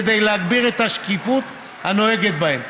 כדי להגביר את השקיפות הנוהגת בהם.